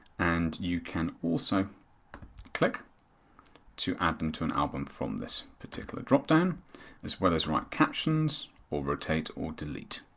and you can also click to add them to an album from this particular dropdown as well as write captions or rotate or delete.